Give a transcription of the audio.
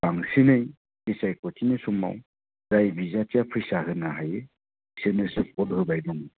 बांसिनै बिसायखथिनि समाव जाय बिजाथिया फैसा होनो हायो बिसोरनोसो भट होबाय दं